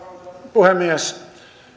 puhemies